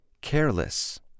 careless